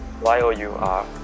Y-O-U-R